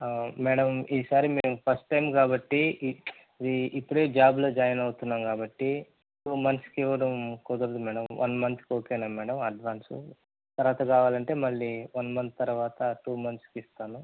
madam ఈసారి మేము first time కాబట్టి ఈ ఇప్పుడే జాబ్లో జాయిన్ అవుతున్నాము కాబట్టీ టూ మంత్స్కి ఇవ్వడం కుదరదు మేడం వన్ మంత్కి ఓకేనా మేడం అడ్వాన్సు తరువాత కావాలంటే మళ్ళీ వన్ మంత్ తరువాత టూ మంత్స్కి ఇస్తాను